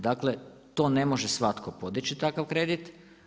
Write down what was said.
Dakle, to ne može svatko podići takav kredit.